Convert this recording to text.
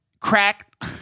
crack